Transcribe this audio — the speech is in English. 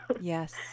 Yes